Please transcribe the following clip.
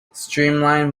streamline